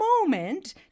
moment